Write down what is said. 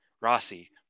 Rossi